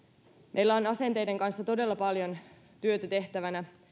meillä on asenteiden kanssa todella paljon työtä tehtävänä